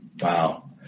Wow